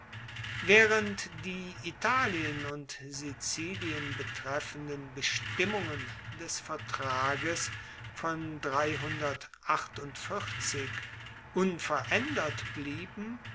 waehrend die italien und sizilien betreffenden bestimmungen des vertrages von unveraendert blieben